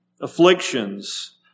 afflictions